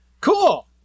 Cool